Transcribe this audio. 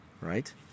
right